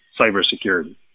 cybersecurity